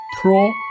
pro